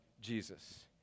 Jesus